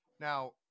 Now